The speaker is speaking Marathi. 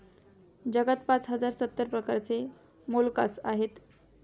जगात पाच हजार सत्तर प्रकारचे मोलस्कास आहेत